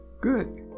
good